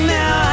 now